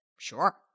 Sure